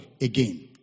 again